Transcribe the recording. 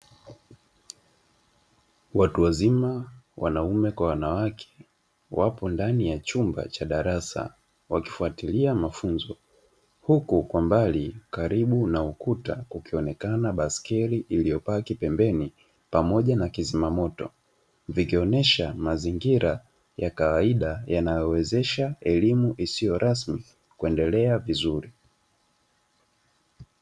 Watu wazima wanaume kwa wanawake wapo ndani ya chumba cha darasa wakifatilia mafunzo, huku kwa mbali karibu na ukuta kukionekana baisikeli iliopaki pembeni pamoja na kizima moto vikionesha mazingira ya kawaida yanayowezesha elimu isiyo rasmi kuendelea vizuri.